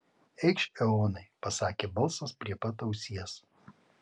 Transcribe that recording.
eikš eonai pasakė balsas prie pat ausies